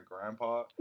grandpa